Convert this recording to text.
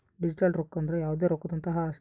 digital ರೊಕ್ಕ ಅಂದ್ರ ಯಾವ್ದೇ ರೊಕ್ಕದಂತಹ ಆಸ್ತಿ